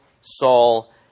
Saul